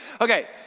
Okay